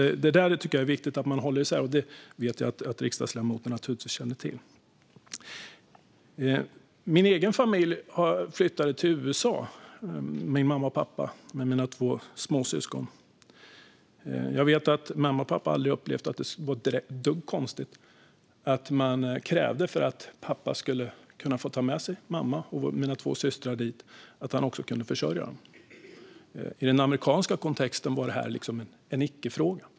Det är viktigt att man håller isär det. Och jag vet att riksdagsledamoten känner till det. Min egen familj, min mamma och pappa och två småsyskon, flyttade till USA. Jag vet att mamma och pappa aldrig upplevde det som ett dugg konstigt att man för att pappa skulle få ta med sig mamma och mina två systrar dit krävde att han kunde försörja dem. I den amerikanska kontexten var det en icke-fråga.